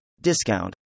Discount